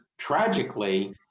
tragically